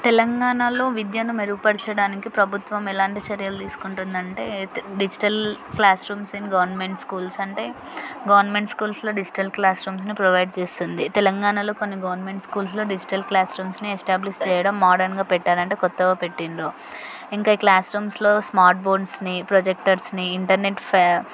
తెలంగాణలో విద్యను మెరుగుపరచడానికి ప్రభుత్వము ఎలాంటి చర్యలు తీసుకుంటుందంటే the digital classrooms in government schools అంటే గవర్నమెంట్ స్కూల్స్లో డిజిటల్ క్లాస్ రూమ్స్ని ప్రొవైడ్ చేస్తుంది తెలంగాణాలో కొన్ని గవర్నమెంట్ స్కూల్స్లో డిజిటల్ క్లాస్ రూమ్స్ని ఎస్టాబ్లిష్ చేయడం మోడ్రన్గా పెట్టారంటే కొత్తగా పెట్టిండ్రు ఇంకా ఈ క్లాస్ రూమ్స్లో స్మార్ట్ బోర్డ్స్ని ప్రొజెక్టర్స్ని ఇంటర్నెట్ ఫ్యా